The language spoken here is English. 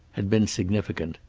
had been significant.